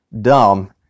dumb